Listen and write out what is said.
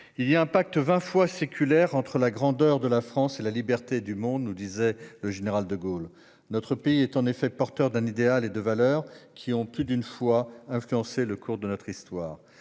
Il y a un pacte vingt fois séculaire entre la grandeur de la France et la liberté du monde », nous disait le général de Gaulle. Notre pays est en effet porteur d'un idéal et de valeurs qui ont, plus d'une fois, influencé le cours de notre histoire